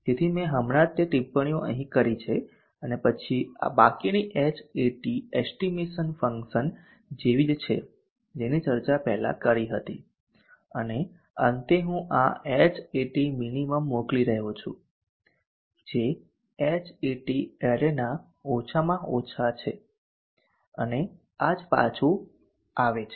તેથી મેં હમણાં જ તે ટિપ્પણીઓ અહીં કરી છે અને પછી આ બાકીની Hat એસ્ટીમેટ ફંક્શન જેવી જ છે જેની ચર્ચા પહેલા કરી હતી અને અંતે હું આ Hat minimum મોકલી રહ્યો છું જે Hat એરેના ઓછામાં ઓછા છે અને આ જ પાછુ આવે છે